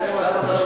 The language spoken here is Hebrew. זה מה שאתה רוצה.